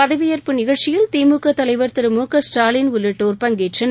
பதவியேற்பு நிகழ்ச்சியில் திமுக தலைவர் திரு மு க ஸ்டாலின் உள்ளிட்டோர் பங்கேற்றனர்